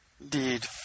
Indeed